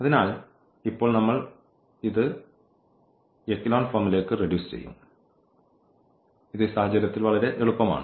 അതിനാൽ ഇപ്പോൾ നമ്മൾ ഇത് കുറച്ച എക്കലോൺ രൂപത്തിലേക്ക് കുറയ്ക്കും ഇത് ഈ സാഹചര്യത്തിൽ വളരെ എളുപ്പമാണ്